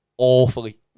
awfully